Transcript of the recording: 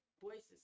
voices